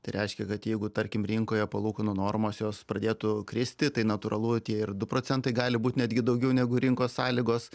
tai reiškia kad jeigu tarkim rinkoje palūkanų normos jos pradėtų kristi tai natūralu tie ir du procentai gali būt netgi daugiau negu rinkos sąlygos